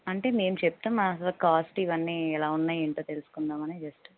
అంటే మేం చెప్తాం మాకు అసలు కాస్ట్ ఇవన్నీ ఎలా ఉన్నాయి ఏంటో తెలుసుకుందామని జస్ట్